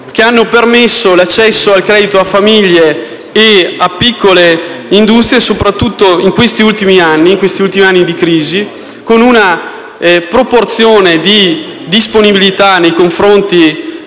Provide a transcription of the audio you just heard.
poiché hanno permesso l'accesso al credito alle famiglie ed alle piccole industrie, soprattutto in questi ultimi anni di crisi, con una proporzione di disponibilità nei confronti